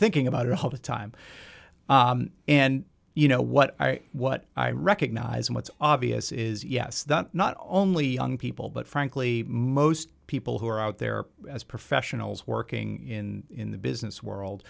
thinking about it all the time and you know what what i recognize and what's obvious is yes that not only on people but frankly most people who are out there as professionals working in the business world